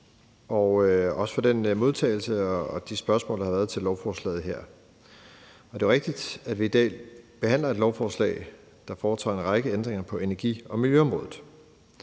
og også for den modtagelse og de spørgsmål, der har været til lovforslaget her. Det er rigtigt, at vi i dag behandler et lovforslag, der indebærer en række ændringer på energi- og miljøområdet.